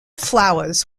flowers